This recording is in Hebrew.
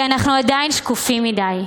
כי אנחנו עדיין שקופים מדיי.